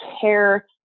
care